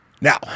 Now